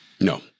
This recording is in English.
No